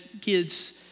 kids